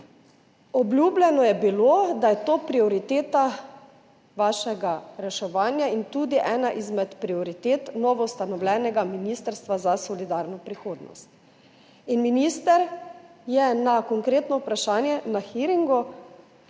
Obljubljeno je bilo, da je to prioriteta vašega reševanja in tudi ena izmed prioritet novoustanovljenega Ministrstva za solidarno prihodnost. Minister je konkretno vprašanje na hearingu,